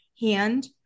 hand